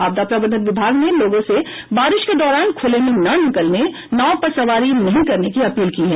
आपदा प्रबंधन विभाग ने लोगों से बारिश के दौरान खुले में न निकलने नाव पर सवारी नहीं करने की अपील की है